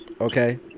Okay